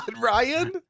Ryan